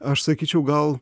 aš sakyčiau gal